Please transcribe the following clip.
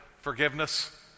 forgiveness